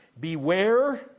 beware